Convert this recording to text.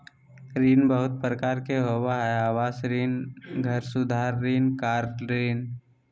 ऋण बहुत प्रकार के होबा हइ आवास ऋण, घर सुधार ऋण, कार ऋण